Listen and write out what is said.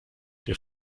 der